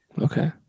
Okay